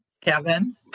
Kevin